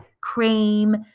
cream